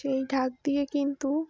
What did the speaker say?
সেই ঢাক দিয়ে কিন্তু